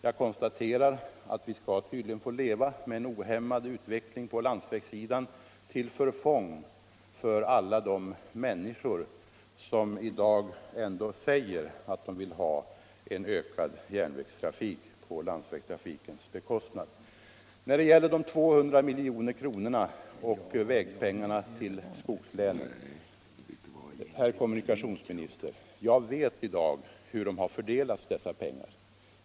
Jag konstaterar att vi tydligen skall få leva med en ohämmad utveckling på landsvägssidan tvill förfång för alla de människor som i dag ändå säger att de vill ha en ökad järnvägstrafik på landsvägstrafikens bekostnad. När det gäller de 200 miljoner kronorna av vägpengarna till skogslänen: Herr kommunikationsminister, jag vet i dag hur pengarna har fördelats.